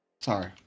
Sorry